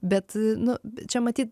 bet nu čia matyt